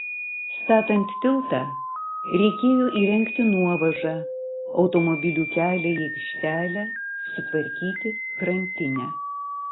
statant tiltą reikėjo įrengti nuovažą automobilių kelią į aikštelę sutvarkyti krantinę